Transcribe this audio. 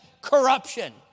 corruption